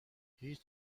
هیچ